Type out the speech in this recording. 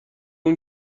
اون